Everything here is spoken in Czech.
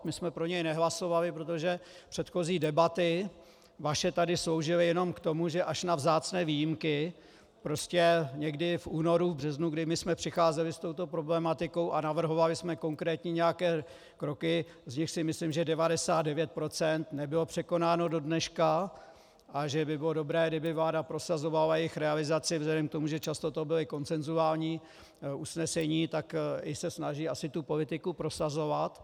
My jsme pro něj nehlasovali, protože vaše předchozí debaty tady sloužily jenom k tomu, že až na vzácné výjimky prostě někdy v únoru, v březnu, kdy my jsme přicházeli s touto problematikou a navrhovali jsme nějaké konkrétní kroky, z nichž si myslím, že 99 % nebylo překonáno do dneška, a že by bylo dobré, kdyby vláda prosazovala jejich realizaci vzhledem k tomu, že často to byla konsenzuální usnesení, tak se snaží asi tu politiku prosazovat.